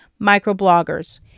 microbloggers